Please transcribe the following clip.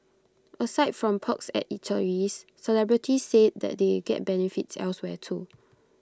aside from perks at eateries celebrities say that they get benefits elsewhere too